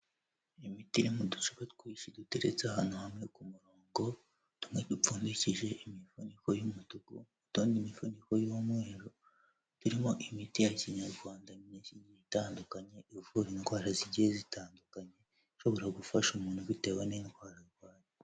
Imiti iri mu ducupa twinshi duteretse ahantu hamwe ku murongo tumwe dupfundikije imifuniko y'umutuku utundi imifuniko y'umweru irimo imiti ya kinyarwanda myinshi igiye itandukanye ivura indwara zigiye zitandukanye ishobora gufasha umuntu bitewe n'indwara arwaye.